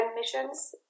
missions